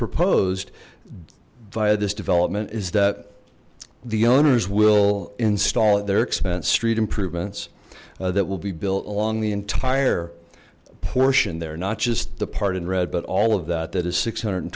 proposed by this development is that the owners will install at their expense street improvements that will be built along the entire portion there not just the part in red but all of that that is six hundred